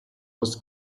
was